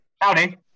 Howdy